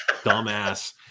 dumbass